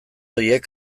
horiek